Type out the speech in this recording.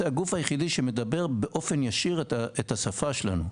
הגוף היחידי שמדבר באופן ישיר את השפה שלנו.